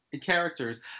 characters